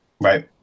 right